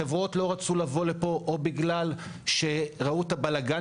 חברות לא רצו לבוא לפה או בגלל שראו את הבלגאן